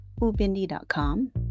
Ubindi.com